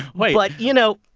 wait but, you know,